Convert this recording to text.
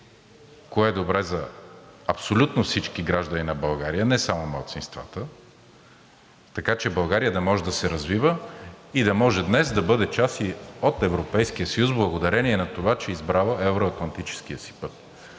кое е добре за абсолютно всички граждани на България, не само малцинствата, така че България да може да се развива и да може днес да бъде част и от Европейския съюз благодарение на това, че е избрала евро-атлантическия си път.